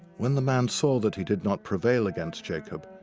when the man saw that he did not prevail against jacob,